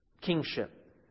Kingship